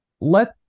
let